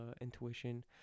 intuition